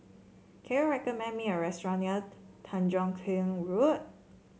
can you recommend me a restaurant near Tanjong Kling Road